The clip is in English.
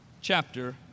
chapter